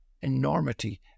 enormity